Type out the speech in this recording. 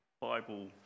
Bible